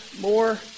more